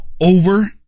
over